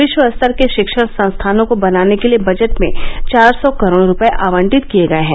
विश्व स्तर के शिक्षण संस्थानों को बनाने के लिए बजट में चार सौ करोड रूपये आवंटित किये गए हैं